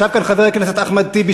ישב כאן חבר הכנסת אחמד טיבי,